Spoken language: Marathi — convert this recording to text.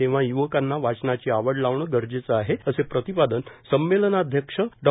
तेव्हा य्वकांना वाचनाची आवड लावण गरजेचं आहे असं प्रतिपादन साम्मेलनाध्यक्षा डॉ